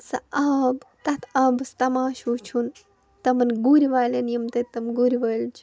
سَہ آب تَتھ آبس تَماشہٕ وُچھن تَمن گُر والین یِم تَتہِ تہٕ گُر وٲلۍ چھِ